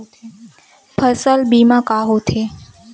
फसल बीमा का होथे?